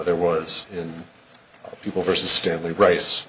there was in people versus stanley rice